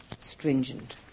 stringent